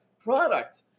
product